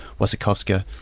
Wasikowska